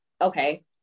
okay